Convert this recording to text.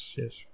yes